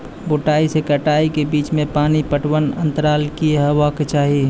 बुआई से कटाई के बीच मे पानि पटबनक अन्तराल की हेबाक चाही?